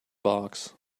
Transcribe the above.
box